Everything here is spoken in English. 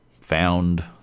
found